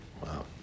Wow